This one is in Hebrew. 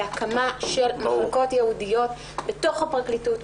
בהקמה של מחלקות ייעודיות בתוך הפרקליטות,